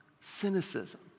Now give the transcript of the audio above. cynicism